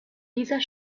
dieser